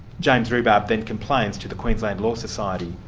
james rhubarb then complains to the queensland law society.